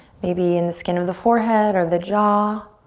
maybe in the skin of the forehead or the jaw.